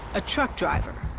a truck driver.